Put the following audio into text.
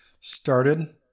started